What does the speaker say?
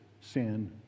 sin